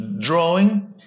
Drawing